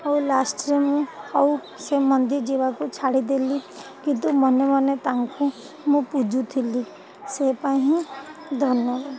ଆଉ ଲାଷ୍ଟ୍ରେ ମୁଁ ଆଉ ସେ ମନ୍ଦିର ଯିବାକୁ ଛାଡ଼ିଦେଲି କିନ୍ତୁ ମନେ ମନେ ତାଙ୍କୁ ମୁଁ ପୂଜୁଥିଲି ସେ ପାଇଁ ହିଁ ଧନ୍ୟବାଦ